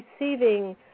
receiving